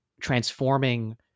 transforming